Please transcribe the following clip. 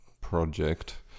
project